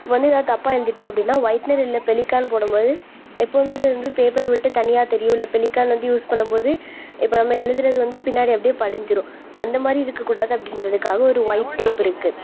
வந்து ஏதாவது தப்பாக எழுதிட்டோம் அப்படின்னா ஒயிட்னர் இல்லை பெலிக்கான் போடும்போது எப்போதுமே அது வந்து பேப்பரை விட்டு தனியாக தெரியும் இல்லை பெலிகான் வந்து யூஸ் பண்ணும்போது இப்போ நம்ம எழுதுறது வந்து பின்னாடி அப்படியே படிஞ்சுடும் அந்தமாதிரி இருக்கக்கூடாது அப்படின்றதுக்காக ஒரு ஒயிட் டேப் இருக்குது